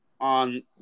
on